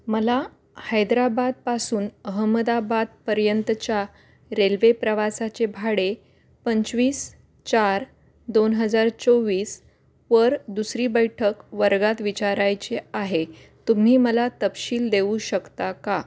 मला हैदराबादपासून अहमदाबादपर्यंतच्या रेल्वे प्रवासाचे भाडे पंचवीस चार दोन हजार चोवीसवर दुसरी बैठक वर्गात विचारायचे आहे तुम्ही मला तपशील देऊ शकता का